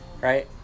right